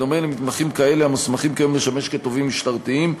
בדומה למתמחים כאלה המוסמכים כיום לשמש תובעים משטרתיים,